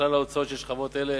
בכלל ההוצאות של שכבות אלה.